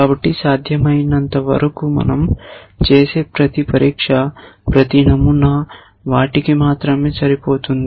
కాబట్టి సాధ్యమైనంతవరకు మనం చేసే ప్రతి పరీక్ష ప్రతి నమూనా వాటికి మాత్రమే సరిపోతుంది